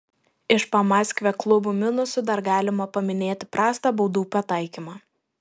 iš pamaskvio klubo minusų dar galima paminėti prastą baudų pataikymą